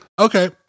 Okay